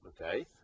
Okay